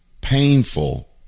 painful